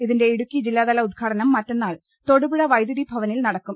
ഇതിന്റെ ഇടുക്കി ജില്ലാ തല ഉദ്ഘാ ടനം മറ്റന്നാൾ തൊടുപുഴ വൈദ്യുതി ഭവനിൽ നടക്കും